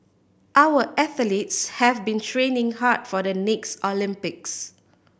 our athletes have been training hard for the next Olympics